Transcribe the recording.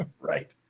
Right